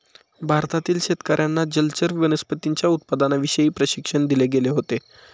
भारतातील शेतकर्यांना जलचर वनस्पतींच्या उत्पादनाविषयी प्रशिक्षण दिले गेले होते